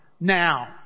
now